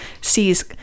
sees